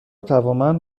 توانمند